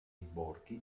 borghi